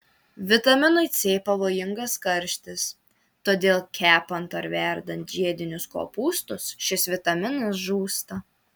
vitaminui c pavojingas karštis todėl kepant ar verdant žiedinius kopūstus šis vitaminas žūsta